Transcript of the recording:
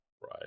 Right